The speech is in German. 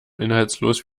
inhaltslos